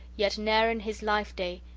yet ne'er in his life-day,